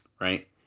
right